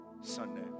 Sunday